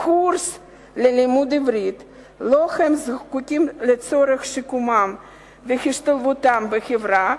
קורס ללימוד עברית שהם זקוקים לו לצורך שיקומם והשתלבותם בחברה,